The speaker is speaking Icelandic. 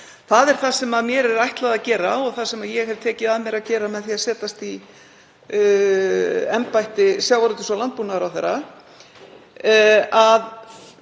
Það er það sem mér er ætlað að gera og það sem ég hef tekið að mér að gera með því að setjast í embætti sjávarútvegs- og landbúnaðarráðherra,